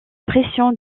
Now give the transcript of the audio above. pression